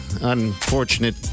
unfortunate